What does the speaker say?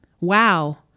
Wow